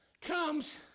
comes